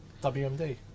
WMD